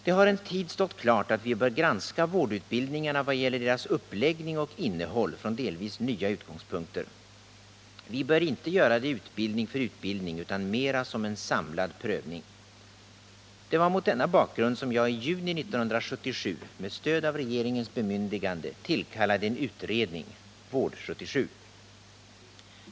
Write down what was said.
Det har en tid stått klart att vi från delvis nya utgångspunkter bör granska vårdutbildningarna i vad gäller deras uppläggning och innehåll. Vi bör inte göra det utbildning för utbildning utan mer som en samlad prövning. Det var mot denna bakgrund som jag i juni 1977, med stöd av regeringens bemyndigande, tillkallade en utredning, Vård 77.